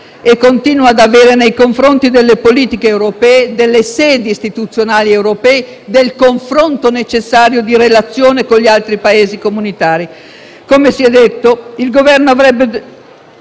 e continua ad avere nei confronti delle politiche europee, delle sedi istituzionali europee, del confronto necessario di relazione con gli altri Paesi comunitari. Come si è detto, il Governo avrebbe